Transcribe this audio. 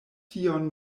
tion